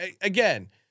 Again